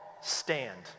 stand